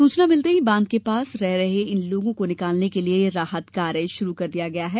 सूचना मिलते ही बांध के पास रह रहे इन लोगों को निकालने के लिए राहत कार्य शुरु कर दिया गया है